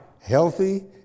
Healthy